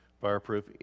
fireproof